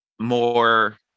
more